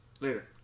later